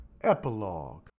epilogue